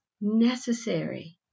necessary